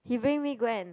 he bring me go and